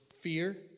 fear